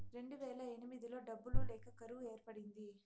రెండువేల ఎనిమిదిలో డబ్బులు లేక కరువు ఏర్పడింది